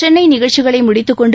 சென்னை நிகழ்ச்சிகளை முடித்துக்கொண்டு